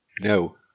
no